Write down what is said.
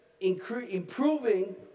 improving